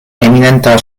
eminenta